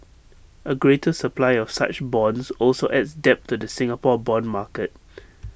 A greater supply of such bonds also adds depth to the Singapore Bond market